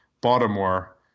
Baltimore